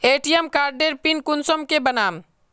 ATM कार्डेर PIN कुंसम के बनाम?